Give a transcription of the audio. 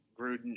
Gruden